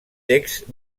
texts